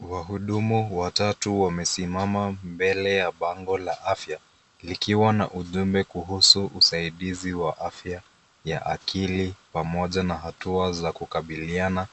Wahudumu watatu wamesimama mbele ya bango la afya likiwa na ujumbe kuhusu usaidizi wa afya ya akili pamoja na hatua za kukabiliana